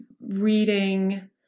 reading